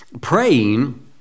Praying